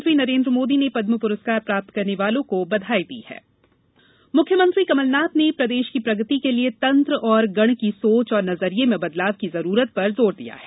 प्रवानमंत्री नरेन्द्र मोदी ने पदम पुरस्कार प्राप्त करने वालों को बघाई दी है सीएमद्वार प्रदाय सेवा मुख्यमंत्री कमलनाथ ने प्रदेश की प्रगति के लिए तंत्र और गण की सोच और नजरिये में बदलाव की जरूरत पर जोर दिया है